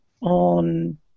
on